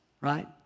right